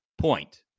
point